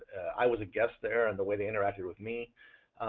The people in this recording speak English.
i was a guest there and the way they interacted with me,